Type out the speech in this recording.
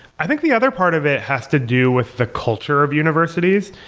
i think the other part of it has to do with the culture of universities.